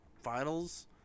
finals